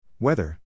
Weather